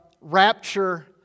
rapture